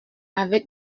avec